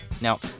Now